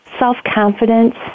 Self-confidence